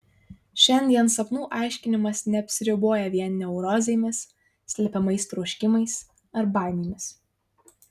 šiandien sapnų aiškinimas neapsiriboja vien neurozėmis slepiamais troškimais ar baimėmis